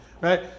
right